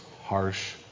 harsh